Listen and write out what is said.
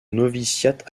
noviciat